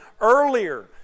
earlier